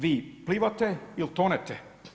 Vi plivate ili tonete.